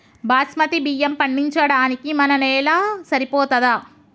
బాస్మతి బియ్యం పండించడానికి మన నేల సరిపోతదా?